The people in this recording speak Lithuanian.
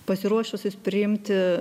pasiruošusius priimti